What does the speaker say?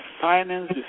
finance